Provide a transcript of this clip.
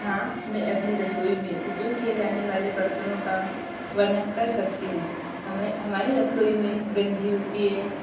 हाँ मैं अपनी रसोई में उपयोग किए जाने वाले बर्तनों का वर्णन कर सकती हूँ हमें हमारी रसोई में गंजी होती है